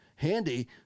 Handy